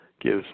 gives